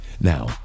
Now